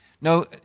No